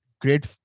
great